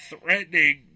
threatening